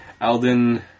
Alden